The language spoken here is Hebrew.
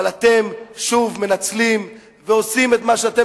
אבל אתם שוב מנצלים ועושים את מה שאתם